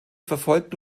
verfolgt